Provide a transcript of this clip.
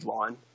line